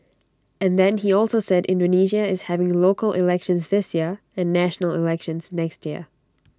and then he also said Indonesia is having local elections and national elections next year